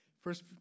first